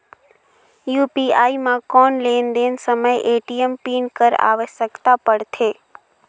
UPI म कौन लेन देन समय ए.टी.एम पिन कर आवश्यकता पड़थे?